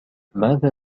ماذا